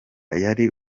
yari